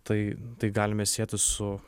tai tai galime sieti su